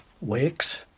Wakes